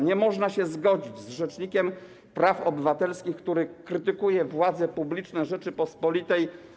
Nie można się zgodzić z rzecznikiem praw obywatelskich, który krytykuje władze publiczne Rzeczypospolitej.